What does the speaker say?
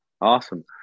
Awesome